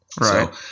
Right